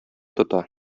тота